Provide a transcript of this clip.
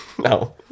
no